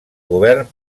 govern